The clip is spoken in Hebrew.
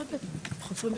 אני מנהלת אגף משפחה,